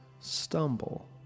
stumble